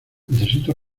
necesito